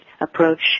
approach